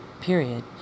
Period